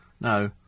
No